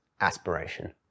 aspiration